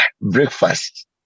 breakfast